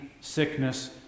sickness